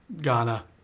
Ghana